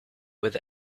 with